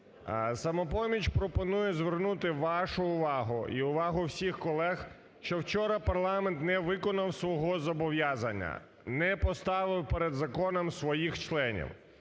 "Самопоміч" пропонує звернути вашу увагу і увагу всіх колег, що вчора парламент не виконав свого зобов'язання, не поставив перед законом своїх членів.